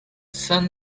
sun